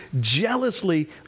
jealously